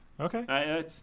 Okay